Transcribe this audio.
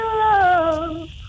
love